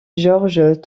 georges